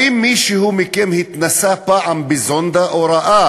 האם מישהו מכם התנסה פעם בזונדה, או ראה